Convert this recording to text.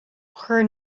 chuir